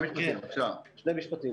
שני משפטים.